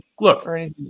look